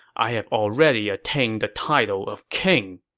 i have already attained the title of king.